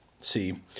See